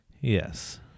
Yes